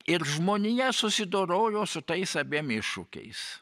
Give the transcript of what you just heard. ir žmonija susidorojo su tais abiem iššūkiais